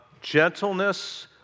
gentleness